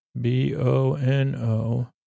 B-O-N-O